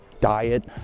diet